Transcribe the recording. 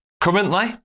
currently